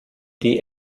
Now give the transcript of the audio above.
die